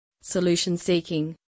solution-seeking